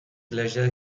leisure